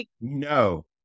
No